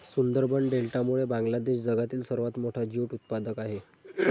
सुंदरबन डेल्टामुळे बांगलादेश जगातील सर्वात मोठा ज्यूट उत्पादक आहे